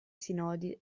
sinodi